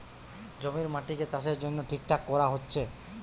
জমির মাটিকে চাষের জন্যে ঠিকঠাক কোরা হচ্ছে